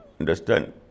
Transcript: understand